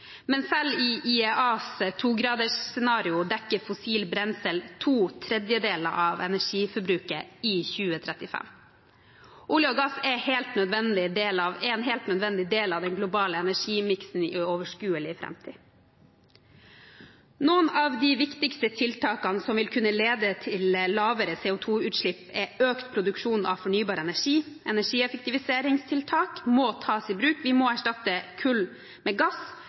Men selv i IEAs togradersscenario dekker fossil brensel to tredjedeler av energiforbruket i 2035. Olje og gass er en helt nødvendig del av den globale energimiksen i overskuelig framtid. Et av de viktigste tiltakene som vil kunne lede til lavere CO2-utslipp, er økt produksjon av fornybar energi. Energieffektiviseringstiltak må tas i bruk, vi må erstatte kull med gass,